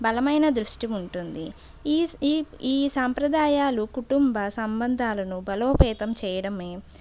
బలమైన దృష్టి ఉంటుంది ఈ ఈ సాంప్రదాయాలు కుటుంబ సంబంధాలను బలోపేతం చేయడమే